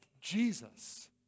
Jesus